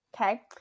Okay